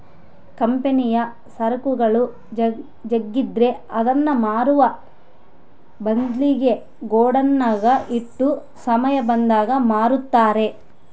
ಕಂಪನಿಯ ಸರಕುಗಳು ಜಗ್ಗಿದ್ರೆ ಅದನ್ನ ಮಾರುವ ಬದ್ಲಿಗೆ ಗೋಡೌನ್ನಗ ಇಟ್ಟು ಸಮಯ ಬಂದಾಗ ಮಾರುತ್ತಾರೆ